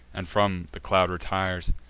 and from the cloud retires.